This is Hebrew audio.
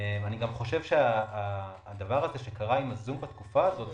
מה שקרה עם הזום בתקופה הזאת,